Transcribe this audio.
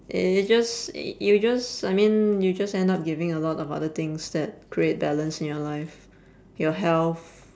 uh just y~ you just I mean you just end up giving a lot of other things that create balance in your life your health